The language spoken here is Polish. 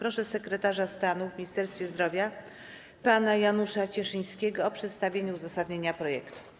Proszę sekretarza stanu w Ministerstwie Zdrowia pana Janusza Cieszyńskiego o przedstawienie uzasadnienia projektu.